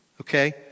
Okay